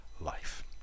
life